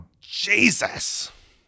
Jesus